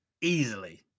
Easily